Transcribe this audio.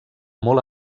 molt